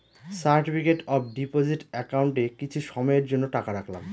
certificate of deposit একাউন্টে কিছু সময়ের জন্য টাকা রাখলাম